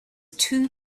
two